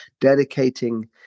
dedicating